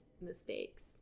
mistakes